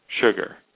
sugar